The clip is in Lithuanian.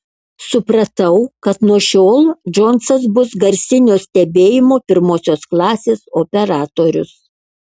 supratau kad nuo šiol džonsas bus garsinio stebėjimo pirmosios klasės operatorius